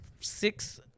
six